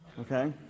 Okay